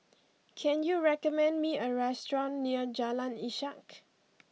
can you recommend me a restaurant near Jalan Ishak